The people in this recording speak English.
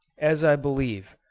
as i believe,